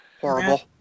Horrible